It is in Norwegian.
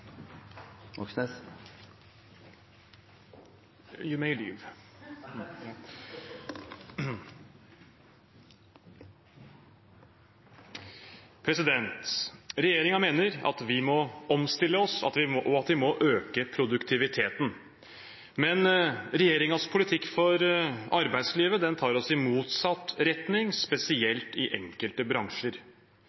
mener at vi må omstille oss, og at vi må øke produktiviteten. Men regjeringens politikk for arbeidslivet tar oss i motsatt retning,